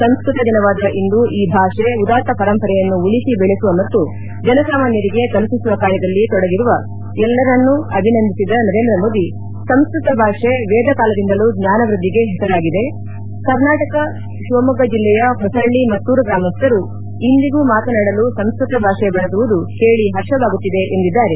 ಸಂಸ್ಕೃತ ದಿನವಾದ ಇಂದು ಈ ಭಾಷೆ ಉದಾತ್ತ ಪರಂಪರೆಯನ್ನು ಉಳಿಸಿ ಬೆಳೆಸುವ ಮತ್ತು ಜನ ಸಾಮಾನ್ಯರಿಗೆ ತಲುಪಿಸುವ ಕಾರ್ಯದಲ್ಲಿ ತೊಡಗಿರುವ ಎಲ್ಲರನ್ನು ಅಭಿನಂದಿಸಿದ ನರೇಂದ್ರ ಮೋದಿ ಸಂಸ್ಕೃತ ಭಾಷೆ ವೇದ ಕಾಲದಿಂದಲೂ ಜ್ಞಾನವೃದ್ದಿಗೆ ಹೆಸರಾಗಿದೆ ಕರ್ನಾಟಕ ಶಿವಮೊಗ್ಗ ಜಿಲ್ಲೆಯ ಹೊಸಳ್ಳಿ ಮತ್ತೂರು ಗ್ರಾಮಸ್ಥರು ಇಂದಿಗೂ ಮಾತನಾಡಲು ಸಂಸ್ಕ್ವತ ಭಾಷೆ ಬಳಸುವುದು ಕೇಳಿ ಹರ್ಷವಾಗುತ್ತಿದೆ ಎಂದಿದ್ದಾರೆ